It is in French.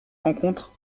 rencontre